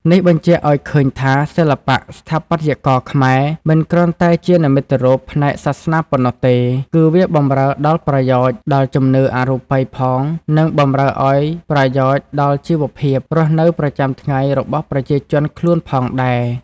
នេះបញ្ជាក់អោយឃើញថាសិល្បៈស្ថាបត្យករខ្មែរ មិនគ្រាន់តែជានិមិត្តរូបផ្នែកសាសនាប៉ុណ្ណោះទេ គឺវាបំរើ ប្រយោជន៏ដល់ជំនឿអរូបយផង និង បំរើអោយប្រយោជន៏ដល់ជីវភាព រស់នៅប្រចាំថ្ងៃរបស់ប្រជាជនខ្លួនផងដែរ ។